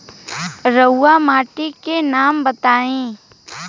रहुआ माटी के नाम बताई?